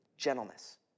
Gentleness